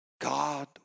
God